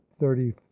Thirty